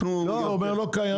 אנחנו" -- הוא אומר שהם לא קיימים.